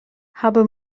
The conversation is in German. habe